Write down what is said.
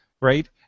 right